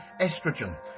estrogen